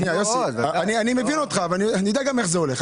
אני מבין אותך, אבל אני יודע גם איך זה הולך.